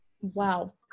wow